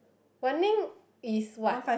Wan-Ning is what